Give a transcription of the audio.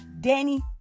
Danny